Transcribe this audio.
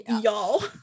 y'all